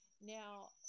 Now